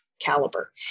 caliber